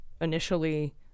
initially